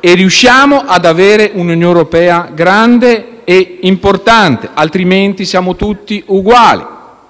riuscire ad avere un'Unione europea grande e importante, altrimenti siamo tutti uguali.